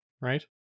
right